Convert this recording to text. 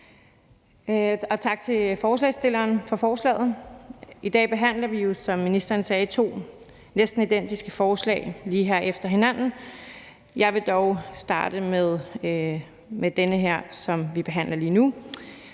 tak til forslagsstillerne for forslaget. I dag behandler vi jo, som ministeren sagde, to næsten identiske forslag her lige efter hinanden. Jeg vil dog starte med det forslag, som vi behandler lige nu.